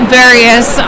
various